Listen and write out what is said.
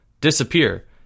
disappear